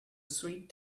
sweet